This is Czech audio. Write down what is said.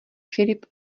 filip